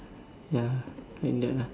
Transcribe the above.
ya like that ah